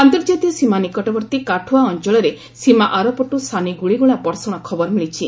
ଆନ୍ତର୍ଜାତୀୟ ସୀମା ନିକଟବର୍ତ୍ତୀ କାଠୁଆ ଅଞ୍ଚଳରେ ସୀମା ଆରପଟୁ ସାନି ଗୁଳିଗୋଳା ବର୍ଷଣ ଖବର ମିଳିଛି